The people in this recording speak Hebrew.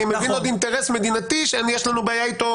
אני מבין עוד אינטרס מדיני שיש לו בעיה איתו